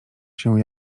się